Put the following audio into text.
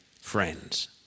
friends